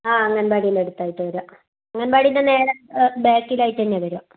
ആ അങ്കൻവാടിയുടെ അടുത്തായിട്ടാ വരുക അങ്കൻവാടിയുടെ നേരെ ബാക്കിലായി തന്നയാ വരുക